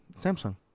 Samsung